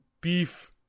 beef